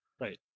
Right